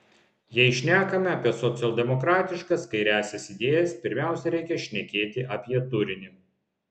jei šnekame apie socialdemokratiškas kairiąsias idėjas pirmiausia reikia šnekėti apie turinį